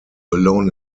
alone